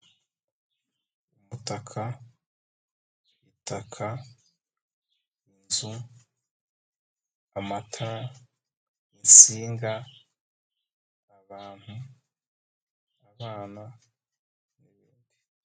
Umutaka, itaka, inzu, amatara, insinga, abantu, abana, n'ibindi.